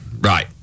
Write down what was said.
right